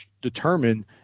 determine